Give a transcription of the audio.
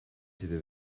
siete